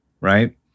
right